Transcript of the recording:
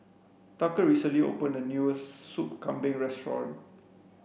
Tucker recently opened a new sup kambing restaurant